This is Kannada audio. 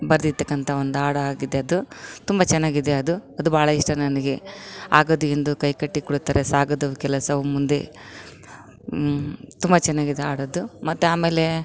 ಬರ್ದಿದ್ದಕಂಥ ಒಂದು ಹಾಡಾಗಿದೆ ಅದು ತುಂಬ ಚೆನ್ನಾಗಿದೆ ಅದು ಅದು ಭಾಳಾ ಇಷ್ಟ ನನಗೆ ಆಗದು ಎಂದು ಕೈಕಟ್ಟಿ ಕುಳಿತರೇ ಸಾಗದು ಕೆಲಸವು ಮುಂದೆ ತುಂಬ ಚೆನ್ನಾಗಿದೆ ಹಾಡದು ಮತ್ತು ಆಮೇಲೆ